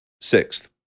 Sixth